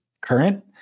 current